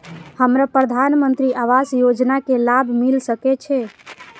हमरा प्रधानमंत्री आवास योजना के लाभ मिल सके छे?